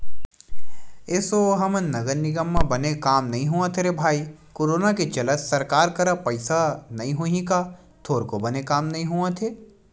एसो हमर नगर निगम म बने काम नइ होवत हे रे भई करोनो के चलत सरकार करा पइसा नइ होही का थोरको बने काम नइ होवत हे